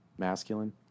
masculine